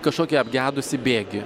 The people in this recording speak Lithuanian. kažkokį apgedusį bėgį